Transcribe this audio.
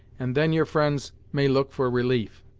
and then your fri'nds may look for relief.